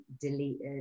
deleted